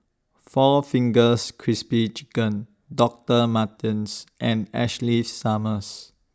four Fingers Crispy Chicken Doctor Martens and Ashley Summers